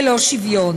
ללא שוויון.